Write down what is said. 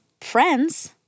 friends